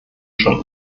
schon